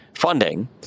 Funding